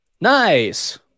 Nice